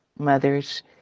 mothers